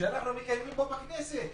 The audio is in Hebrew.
שאנחנו מקיימים פה בכנסת.